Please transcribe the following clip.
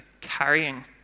carrying